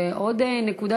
ועוד נקודה,